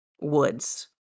woods